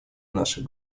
наших